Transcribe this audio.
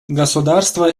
государство